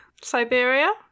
Siberia